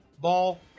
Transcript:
ball